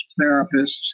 therapists